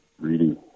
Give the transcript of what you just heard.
reading